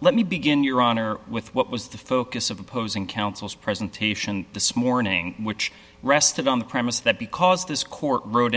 let me begin your honor with what was the focus of opposing counsel's presentation this morning which rested on the premise that because this court rode